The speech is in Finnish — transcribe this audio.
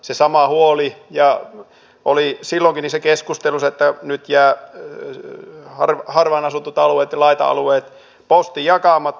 se sama huoli oli silloin niissäkin keskusteluissa eli että nyt jää harvaan asuttujen alueiden ja laita alueiden posti jakamatta